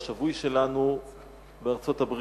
השבוי שלנו בארצות-הברית